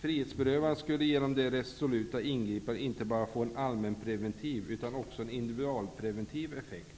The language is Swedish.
Frihetsberövandet skulle genom det resoluta ingripandet inte bara få en allmänpreventiv utan också en individualpreventiv effekt.